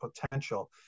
potential